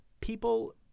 people